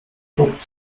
guckt